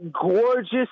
gorgeous